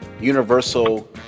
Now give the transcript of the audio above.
universal